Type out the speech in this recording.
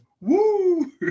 Woo